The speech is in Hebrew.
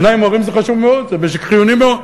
בעיני מורים זה חשוב מאוד, זה משק חיוני מאוד.